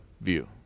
view